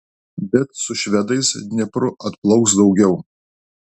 bet su švedais dniepru atplauks daugiau